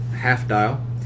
half-dial